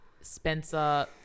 spencer